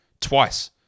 twice